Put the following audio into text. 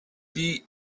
die